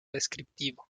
descriptivo